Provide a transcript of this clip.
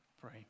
pray